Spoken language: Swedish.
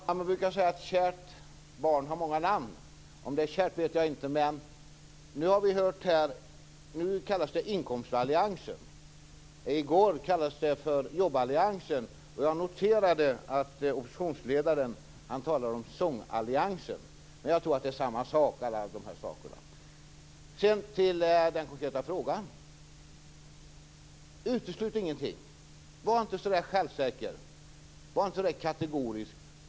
Fru talman! Man brukar säga att kärt barn har många namn. Om det är så kärt vet jag inte, men nu kallas det inkomstalliansen. I går kallades det för jobballiansen. Jag noterade att oppositionsledaren talade om sångalliansen. Jag tror att det är samma sak. Till den konkreta frågan. Uteslut ingenting, var inte så självsäker, var inte kategorisk.